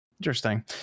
interesting